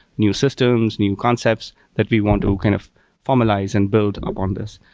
new systems, new concepts that we want to kind of formulize and build up on this.